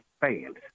fans